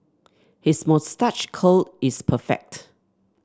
his moustache curl is perfect